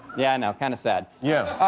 yeah, i know. kind of sad. yeah.